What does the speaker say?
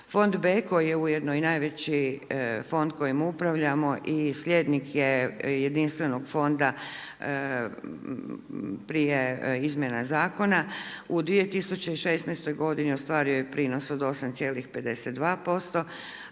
Fond B koji je ujedno i najveći fond kojim upravljamo i slijednik je jedinstvenog fonda prije izmjena zakona u 2016. godini ostvario je prinos od 8,52%